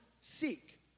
seek